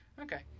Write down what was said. Okay